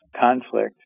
conflict